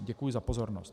Děkuji za pozornost.